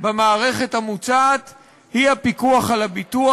במערכת המוצעת היא הפיקוח על הביטוח.